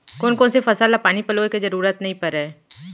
कोन कोन से फसल ला पानी पलोय के जरूरत नई परय?